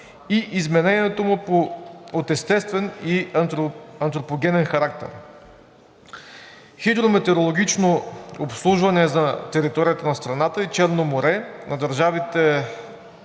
и изменението му от естествен и антропогенен характер; хидрометеорологично обслужване за територията на страната и Черно море на държавните